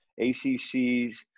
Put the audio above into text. ACCs